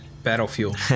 Battlefield